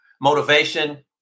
motivation